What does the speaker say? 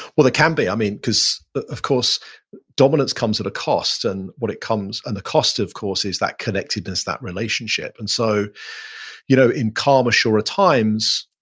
well, there can be, i mean, because of course dominance comes at a cost and what it comes and the cost of course is that connectedness, that relationship. and so you know in calmer surer times,